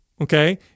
okay